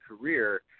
career